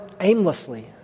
aimlessly